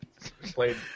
Played